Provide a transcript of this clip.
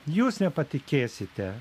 jūs nepatikėsite